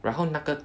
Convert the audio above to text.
然后那个